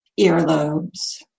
earlobes